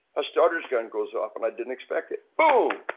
a starter's gun goes off and i didn't expect it. boom.